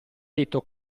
detto